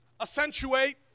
accentuate